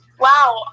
Wow